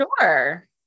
Sure